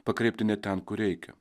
pakreipti ne ten kur reikia